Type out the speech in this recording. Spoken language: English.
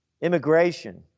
immigration